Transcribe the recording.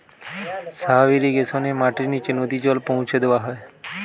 sub ইর্রিগেশনে মাটির নিচে নদী জল পৌঁছা দেওয়া হয়